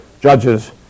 judges